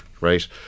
right